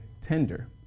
tender